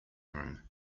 room